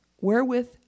wherewith